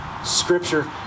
Scripture